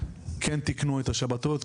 כן תקנו את השבתות,